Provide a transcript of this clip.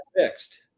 fixed